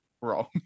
wrong